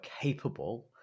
capable